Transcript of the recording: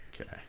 Okay